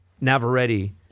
Navarrete